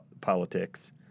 politics